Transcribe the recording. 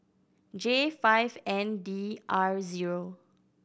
J five N D R zero